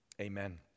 amen